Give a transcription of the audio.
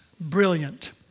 brilliant